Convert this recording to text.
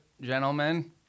gentlemen